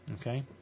Okay